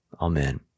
Amen